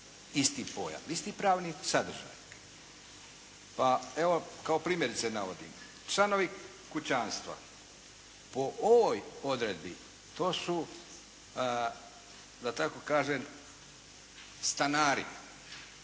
isti pojam, isti pravni sadržaj. Pa evo kao primjerice navodim, članovi kućanstva po ovoj odredbi, to su da tako kažem stanari,